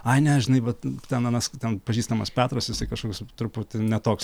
ai ne žinai vat ten anas ten pažįstamas petras jisai kažkoks truputį netoks